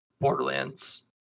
Borderlands